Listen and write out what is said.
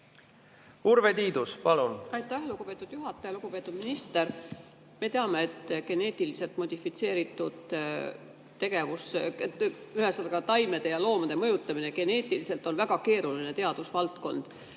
Urve Tiidus, palun!